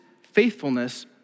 faithfulness